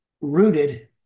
rooted